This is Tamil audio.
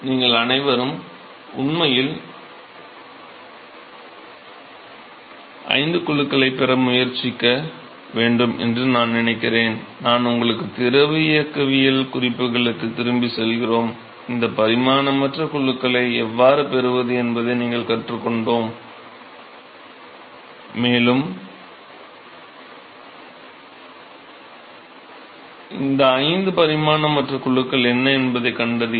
நீங்கள் அனைவரும் உண்மையில் ஐந்து குழுக்களைப் பெற முயற்சிக்க வேண்டும் என்று நான் நினைக்கிறேன் நாங்கள் உங்கள் திரவ இயக்கவியல் குறிப்புகளுக்குத் திரும்பிச் செல்கிறோம் இந்த பரிமாணமற்ற குழுக்களை எவ்வாறு பெறுவது என்பதை கற்றுக்கொண்டோம் மேலும் இந்த ஐந்து பரிமாணமற்ற குழுக்கள் என்ன என்பதைக் கண்டறியவும்